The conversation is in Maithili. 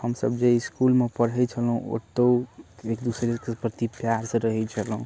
हम सभ जाहि इसकुलमे पढ़ै छलहुँ ओतौ एक दोसरेके प्रति प्यारसँ रहै छलहुँ